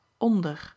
onder